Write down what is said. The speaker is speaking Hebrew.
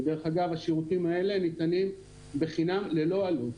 ודרך אגב השירותים האלה ניתנים בחינם ללא עלות.